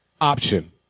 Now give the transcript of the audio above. option